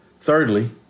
Thirdly